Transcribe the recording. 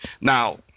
Now